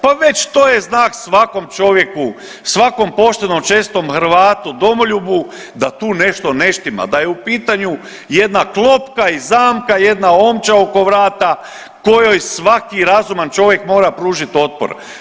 Pa već to je znak svakom čovjeku, svakom poštenom, čestitom Hrvatu, domoljubu da tu nešto ne štima, da je u pitanju jedna klopka i zamka, jedna omča oko vrata kojoj svaki razuman čovjek mora pružiti otpor.